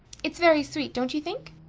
it's very sweet, don't you think?